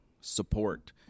support